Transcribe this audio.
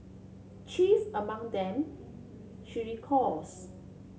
chief among them she recalls